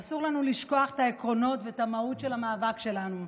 אסור לנו לשכוח את העקרונות ואת המהות של המאבק שלנו,